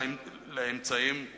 לאמצעים, לפיקוח ולענישה.